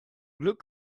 glück